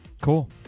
Cool